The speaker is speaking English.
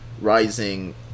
rising